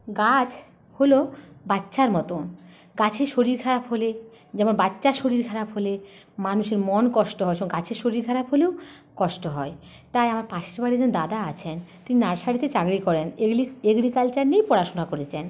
গাছ হল বাচ্চার মতো গাছের শরীর খারাপ হলে যেমন বাচ্চার শরীর খারাপ হলে মানুষের মন কষ্ট হয় গাছের শরীর খারাপ হলেও কষ্ট হয় তাই আমার পাশের বাড়ির যে দাদা আছেন তিনি নার্সারিতে চাকরি করেন এগ্রি এগ্রিকালচার নিয়েই পড়াশোনা করেছেন